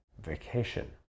vacation